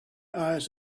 eyes